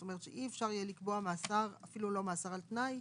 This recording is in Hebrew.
זאת אומרת שאי-אפשר יהיה לקבוע אפילו לא מאסר על תנאי,